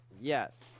Yes